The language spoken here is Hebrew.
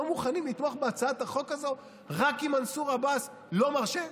לא מוכנים לתמוך בהצעת החוק הזאת רק כי מנסור עבאס לא מרשה?